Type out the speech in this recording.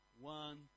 one